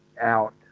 out